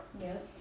Yes